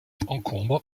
encombre